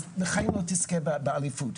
אז בחיים לא תזכה באליפות,